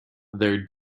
their